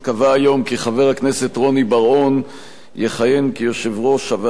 חבר הכנסת רוני בר-און יכהן כיושב-ראש הוועדה המשותפת של